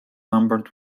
numbered